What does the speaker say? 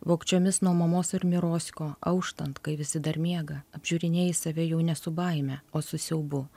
vogčiomis nuo mamos ir mirosko auštant kai visi dar miega apžiūrinėji save jau ne su baime o su siaubu